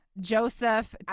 Joseph